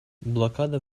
блокада